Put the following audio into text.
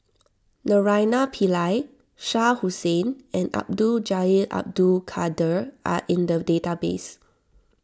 Naraina Pillai Shah Hussain and Abdul Jalil Abdul Kadir are in the database